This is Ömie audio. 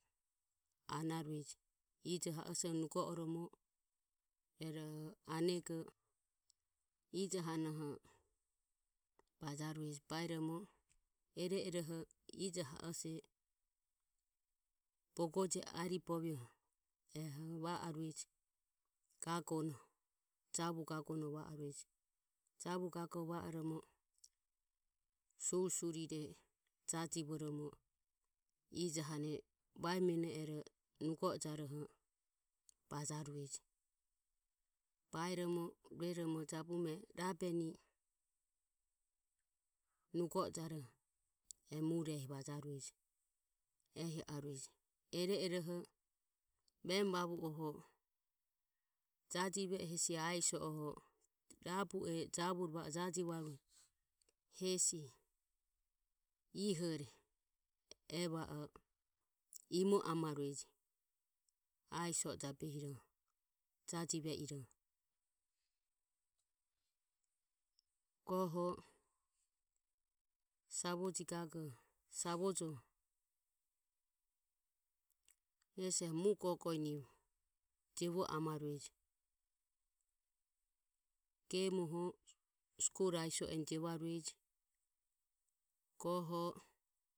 Anarueje. Ijo ha ose nugo oromo anego ijo hanoho bajarueje. Baeromo ioro ioroho ijo ha ose bogoje e ariboviho eho va arueje gagono javue gagono va arueje. Javu gagono va oromo surisurire jajivoromo ijohane vaemienero nugo ojaroho bajarueje. Baeromo rueromo jabume rabeni nugo ojaroho e mure vajarueje ehi arueje ioro ioroho vemu vavu oho jajiv e hesi asiso rabu e javuore va o jajivarue hesi ihore e va o imo amo amarueje asiso e jabehiroho jajive iroho goho savoji gagoho savojoho hesi eho mugogoenivo jiovo amarueje gemuoho sikuri asiso enivo jiovarueje goho.